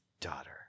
daughter